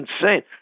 insane